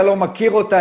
אני לא מכיר אותה,